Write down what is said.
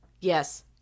Yes